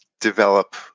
develop